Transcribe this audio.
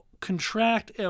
contract